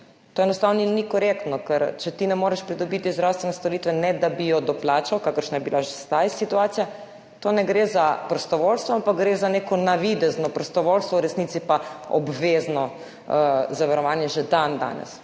To enostavno ni korektno, ker če ti ne moreš pridobiti zdravstvene storitve, ne da bi jo doplačal, kakršna je bila že zdaj situacija, ne gre za prostovoljstvo, ampak gre za neko navidezno prostovoljstvo, v resnici pa obvezno zavarovanje že dandanes.